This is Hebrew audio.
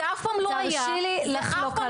זה אף פעם לא היה --- תרשי לי לחלוק עלייך.